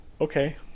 Okay